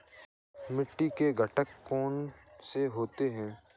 मिट्टी के घटक कौन से होते हैं?